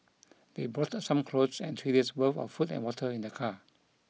they brought some clothes and three days' worth of food and water in their car